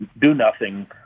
do-nothing